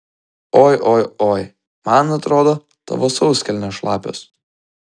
oi oi oi man atrodo tavo sauskelnės šlapios